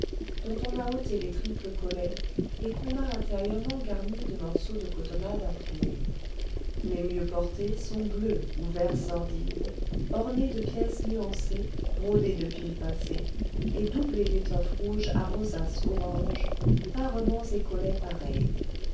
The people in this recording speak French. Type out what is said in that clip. dont on a ôté les triples collets et qu'on a intérieurement garnis de morceaux de cotonnade imprimée les mieux portées sont bleu ou vert sordide ornées de pièces nuancées brodées de fil passé et doublées d'étoffe rouge à rosaces orange parements et collets pareils